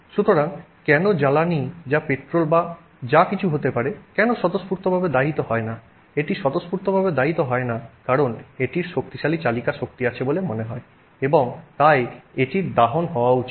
সুতরাং কেন জ্বালানী যা পেট্রোল বা যা কিছু হতে পারে কেন স্বতঃস্ফূর্তভাবে দাহিত হয় না এটি স্বতঃস্ফূর্তভাবে দাহিত হয় না কারণ এটির শক্তিশালী চালিকা শক্তি আছে বলে মনে হয় এবং তাই এটির দাহন হওয়া উচিত